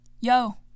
yo